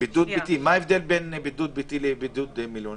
כי הצו --- מה ההבדל בין בידוד ביתי לבידוד במלונית?